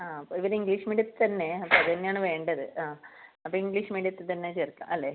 ആ ഇവൻ ഇംഗ്ലീഷ് മീഡിയത്തിൽ തന്നെ അപ്പോൾ അത് തന്നെ ആണ് വേണ്ടത് ആ അപ്പോൾ ഇംഗ്ലീഷ് മീഡിയത്തിൽ തന്നെ ചേർക്കാം അല്ലേ